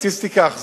בסטטיסטיקה אכזרית.